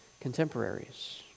contemporaries